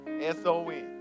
S-O-N